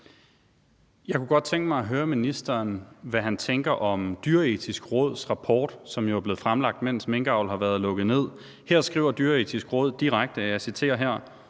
Jeg kunne godt tænke mig at høre ministeren om, hvad han tænker om Det Dyreetiske Råds rapport, som jo er blevet fremlagt, mens minkavl har været lukket ned. Her skriver Det Dyreetiske Råd direkte, og jeg citerer: